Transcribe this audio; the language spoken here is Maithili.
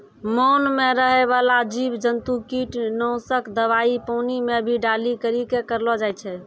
मान मे रहै बाला जिव जन्तु किट नाशक दवाई पानी मे भी डाली करी के करलो जाय छै